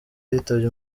yitabye